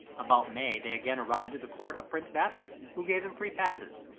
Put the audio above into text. about may they again arrived at the court of prince bathy, who gave them free passes,